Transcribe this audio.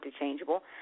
interchangeable